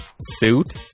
suit